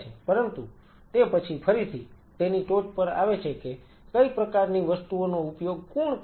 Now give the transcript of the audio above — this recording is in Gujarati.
પરંતુ તે પછી ફરીથી તેની ટોચ પર આવે છે કે કઈ પ્રકારની વસ્તુઓનો ઉપયોગ કોણ કરશે